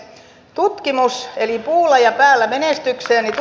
tutkimus eli puulla ja päällä menestykseen